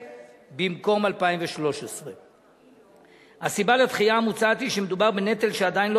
במקום 2013. הסיבה לדחייה המוצעת היא שמדובר בנטל שעדיין לא